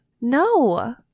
No